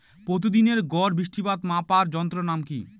প্রতিদিনের গড় বৃষ্টিপাত মাপার যন্ত্রের নাম কি?